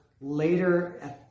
later